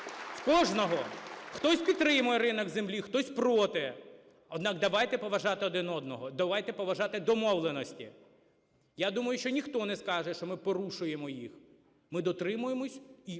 кожного… Хтось підтримує ринок землі, хтось проти. Однак давайте поважати один одного. Давайте поважати домовленості. Я думаю, що ніхто не скаже, що ми порушуємо їх. Ми дотримуємось, і до